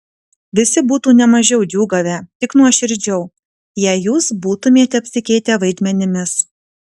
visi būtų ne mažiau džiūgavę tik nuoširdžiau jei jūs būtumėte apsikeitę vaidmenimis